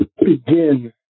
begin